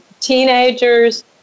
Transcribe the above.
teenagers